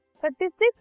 36